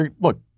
look